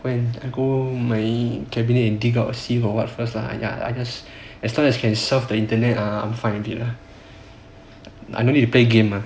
I go my cabinet take go see got what first lah I just as long as can surf the internet ah I'm fine already lah I don't need to play game